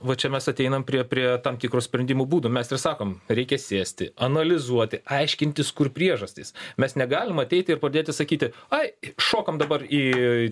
va čia mes ateinam prie prie tam tikro sprendimo būdų mes ir sakom reikia sėsti analizuoti aiškintis kur priežastys mes negalim ateiti ir pradėti sakyti ai šokam dabar į